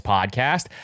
Podcast